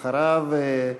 ואחריו,